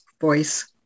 voice